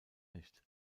nicht